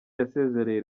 yasezereye